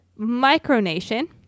micronation